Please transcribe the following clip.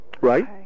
right